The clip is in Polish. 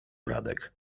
radek